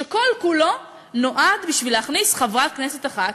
שכל-כולו בא בשביל להכניס חברת כנסת אחת,